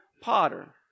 potter